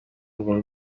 urwo